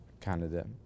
Canada